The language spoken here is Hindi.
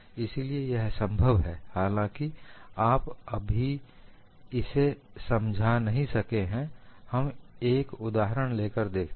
इसीलिए यह संभव है हालांकि अभी आप इसे समझा नहीं सके हैं हम एक उदाहरण लेकर देखते हैं